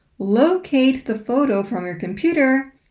locate the photo from your computer,